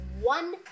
one